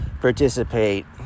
participate